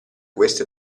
queste